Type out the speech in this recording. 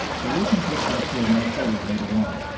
for reasons which will appear more fully later on,